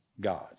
God